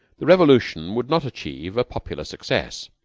the revolution would not achieve a popular success.